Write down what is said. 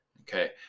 Okay